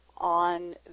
on